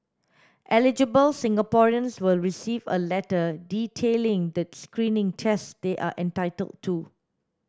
eligible Singaporeans will receive a letter detailing the screening tests they are entitled to